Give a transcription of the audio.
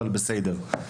אבל בסדר,